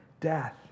death